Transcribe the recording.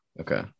Okay